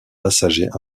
passagers